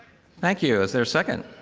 thank you. is there a second?